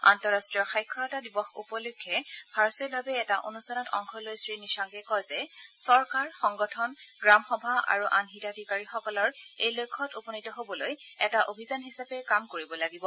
আন্তৰাষ্টীয় সাক্ষৰতা দিৱস উপলক্ষে ভাৰ্চৱেলভাৱে এটা অনুষ্ঠানত অংশলৈ শ্ৰীনিশাংকে কয় যে চৰকাৰ সংগঠন গ্ৰাম সভা আৰু আন হিতাধীকাৰিসকলক এই লক্ষ্যত উপনীত হবলৈ এটা অভিযান হিচাপে কাম কৰিব লাগিব